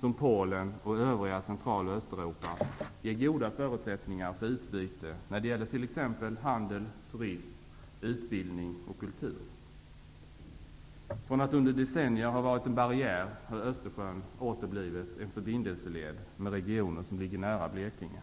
som Polen och övriga Central och Östeuropa ger goda förutsättningar för utbyte när det gäller t.ex. handel, turism, utbildning och kultur. Från att under decennier ha varit en barriär har Östersjön åter blivit en förbindelseled med regioner som ligger nära Blekinge.